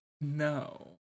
No